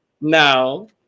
No